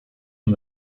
and